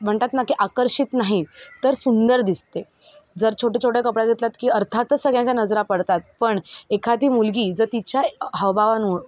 म्हणतात ना की आकर्षित नाही तर सुंदर दिसते जर छोटेछोटे कपडे घातल्यात की अर्थातच सगळ्यांच्या नजरा पडतात पण एखादी मुलगी जर तिच्या हावभावांमुळं